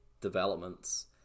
developments